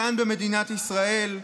כאן במדינת ישראל,